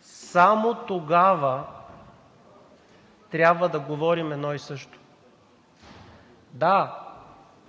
само тогава трябва да говорим едно и също. Да,